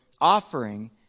offering